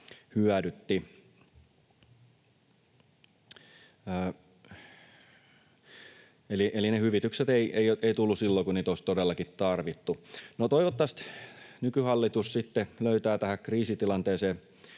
hyödytti. Eli ne hyvitykset eivät tulleet silloin, kun niitä olisi todellakin tarvittu. No, toivottavasti nykyhallitus sitten löytää tähän kriisitilanteeseen,